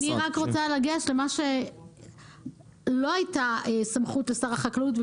אני רק רוצה להגיד שלא הייתה סמכות לשר החקלאות,